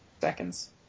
seconds